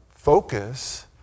focus